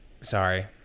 Sorry